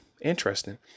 interesting